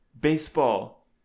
baseball